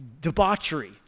debauchery